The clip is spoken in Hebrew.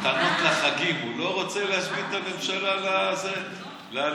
יש לי שאלה: גנץ,